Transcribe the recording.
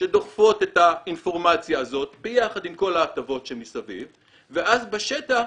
שדוחפות את האינפורמציה הזאת ביחד עם כל ההטבות שמסביב ואז בשטח